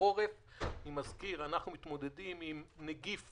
אני מזכיר, אנחנו מתמודדים עם נגיף